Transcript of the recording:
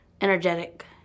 energetic